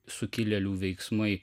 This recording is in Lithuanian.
sukilėlių veiksmai